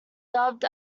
dubbed